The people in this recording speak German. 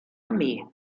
armee